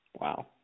Wow